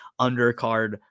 undercard